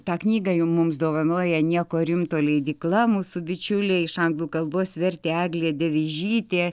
tą knygą jų mums dovanoja nieko rimto leidykla mūsų bičiuliai iš anglų kalbos vertė eglė devižytė